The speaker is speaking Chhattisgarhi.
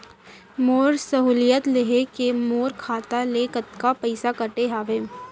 मोर सहुलियत लेहे के मोर खाता ले कतका पइसा कटे हवये?